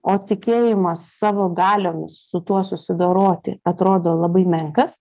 o tikėjimas savo galiomis su tuo susidoroti atrodo labai menkas